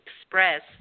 express